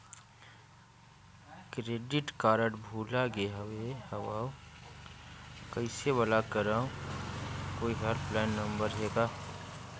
Credit card भुला गे हववं कइसे ब्लाक करव? कोई हेल्पलाइन नंबर हे का?